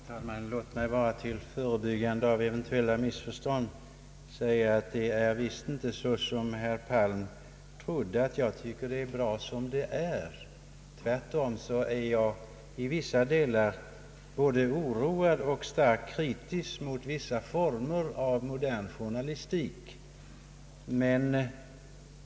Herr talman! Låt mig endast, till förebyggande av eventuella missförstånd, säga att det visst inte förhåller sig på det sättet som herr Palm trodde, att jag tycker att det är bra som det är i pressen. Jag är tvärtom i vissa delar både oroad av och starkt kritisk mot vissa former av s.k. modern journalistik.